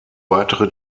weitere